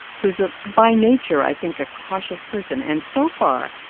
who's ah by nature, i think, a cautious person. and so far,